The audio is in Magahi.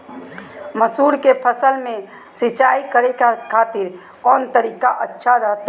मसूर के फसल में सिंचाई करे खातिर कौन तरीका अच्छा रहतय?